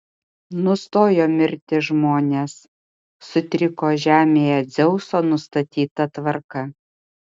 nustojo mirti žmonės sutriko žemėje dzeuso nustatyta tvarka